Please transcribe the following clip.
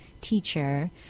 teacher